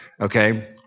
okay